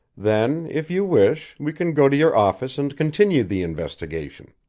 then, if you wish, we can go to your office and continue the investigation.